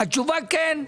התשובה כן,